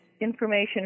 information